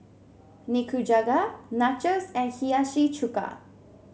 Nikujaga Nachos and Hiyashi Chuka